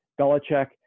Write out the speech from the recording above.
Belichick